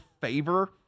favor